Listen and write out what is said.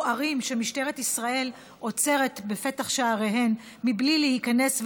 או ערים שמשטרת ישראל עוצרת בפתח שעריהן בלי להיכנס,